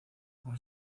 aún